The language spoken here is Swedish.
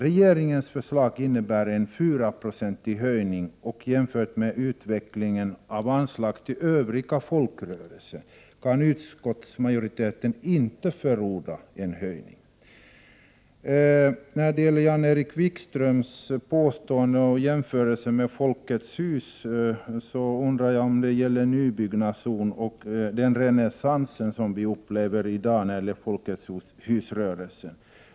Regeringens förslag innebär en 4-procentig ökning, och jämfört med utvecklingen av anslag till övriga folkrörelser kan utskottsmajoriteten inte förorda en höjning. När det gäller Jan-Erik Wikströms jämförelse med Folkets hus undrar jag om han avser nybyggnad och den renässans som vi upplever i dag inom Folkets hus-rörelsen.